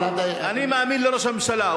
אבל, אני מאמין לראש הממשלה.